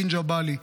אלין ג'באלי,